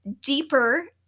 deeper